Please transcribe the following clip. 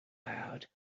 loud